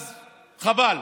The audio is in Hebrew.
אז חבל,